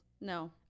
No